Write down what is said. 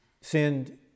send